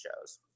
shows